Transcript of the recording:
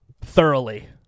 thoroughly